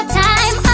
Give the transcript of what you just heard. time